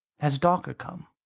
has dawker come?